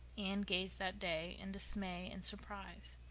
anne gazed that day in dismay and surprise.